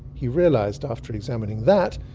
he realised after examining that,